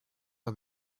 are